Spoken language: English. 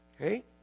Okay